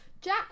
Jack